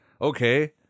okay